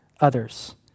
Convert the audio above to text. others